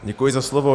Děkuji za slovo.